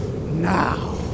Now